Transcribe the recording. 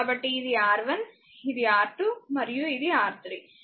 కాబట్టిఇది R1 ఇది R2 మరియు ఇది R3